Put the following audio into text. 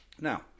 Now